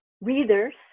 readers